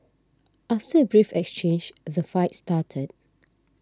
after a brief exchange the fight started